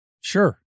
Sure